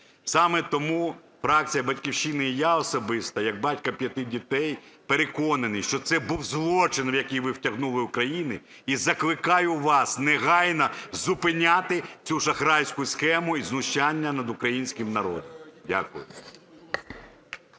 Саме тому фракція "Батьківщина" і я особисто як батько п'яти дітей переконаний, що це був злочин, в який ви втягнули Україну. І закликаю вас негайно зупиняти цю шахрайську схему і знущання над українським народом. Дякую.